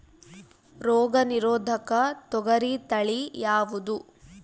ರೋಗ ನಿರೋಧಕ ತೊಗರಿ ತಳಿ ಯಾವುದು?